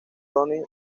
tony